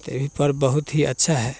तो ये भी पर्व बहुत ही अच्छा है